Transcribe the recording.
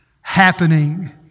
happening